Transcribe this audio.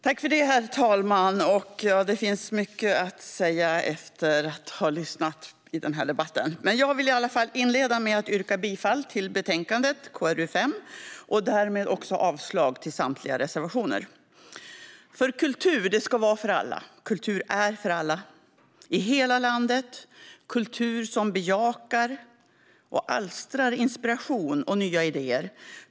Herr talman! Det finns mycket att säga efter att ha lyssnat på debatten, men jag vill inleda med att yrka bifall till utskottets förslag i betänkande KrU5 och därmed också avslag på samtliga reservationer. Kultur ska vara för alla. Kultur är för alla i hela landet. Kultur ska bejaka och alstra inspiration och nya idéer.